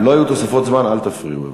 לא יהיו תוספות זמן, אל תפריעו בבקשה.